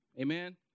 Amen